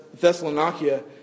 Thessalonica